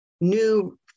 new